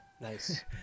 nice